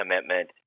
commitment